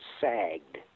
sagged